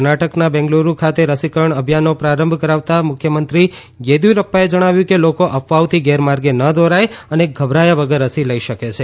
કર્ણાટકના બેંગલુરૂ ખાતે રસીકરણ અભિયાનનો પ્રારંભ કરાવતાં મુખ્યમંત્રી ઘેદીરૂપ્પાએ જણાવ્યું કે લોકો અફવાઓથી ગેરમાર્ગે ન દોરાય અને ગભરાયા વગર રસી લઇ શકે છે